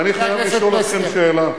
ואני חייב לשאול אתכם שאלה.